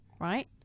right